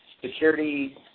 security